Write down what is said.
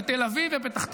ותל אביב ופתח תקווה.